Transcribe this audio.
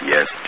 Yes